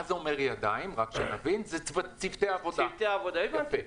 שזה צוותי עבודה.